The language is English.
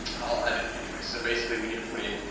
i'll add it in any way. so basically we need to put in,